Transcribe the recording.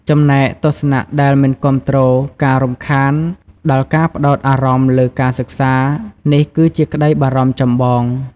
ចំណែកទស្សនៈដែលមិនគាំទ្រ ការរំខានដល់ការផ្តោតអារម្មណ៍លើការសិក្សារ នេះគឺជាក្តីបារម្ភចម្បង។